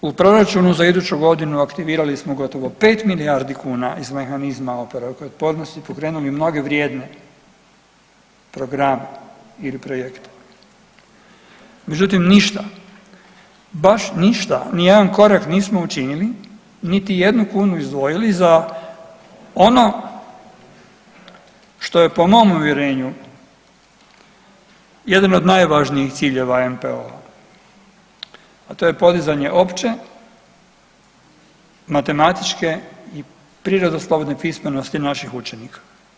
U proračunu za iduću godinu aktivirali smo gotovo pet milijardi kuna iz mehanizma oporavka i otpornosti, pokrenuli mnoge vrijedne programe ili projekte, međutim ništa, baš ništa nijedan korak nismo učinili, niti jednu kunu izdvojili za ono što je po mom uvjerenju jedan od najvažnijih ciljeva NPOO-a, a to je podizanje opće matematičke i prirodoslovne pismenosti naših učenika.